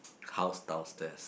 house downstairs